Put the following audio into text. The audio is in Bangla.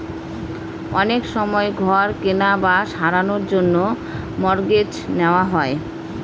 অনেক সময় ঘর কেনার বা সারানোর জন্য মর্টগেজ নেওয়া হয়